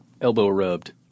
Elbow-rubbed